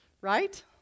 Right